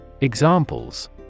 Examples